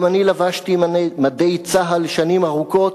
גם אני לבשתי מדי צה"ל שנים ארוכות,